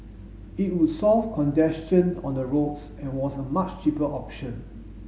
it would solve congestion on the roads and was a much cheaper option